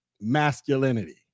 masculinity